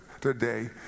today